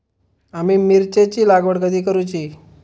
आम्ही मिरचेंची लागवड कधी करूची?